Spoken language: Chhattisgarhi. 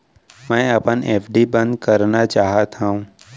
मै अपन एफ.डी बंद करना चाहात हव